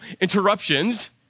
interruptions